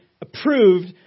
approved